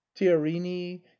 Tiarini